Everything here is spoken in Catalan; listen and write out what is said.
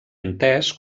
entès